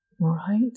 right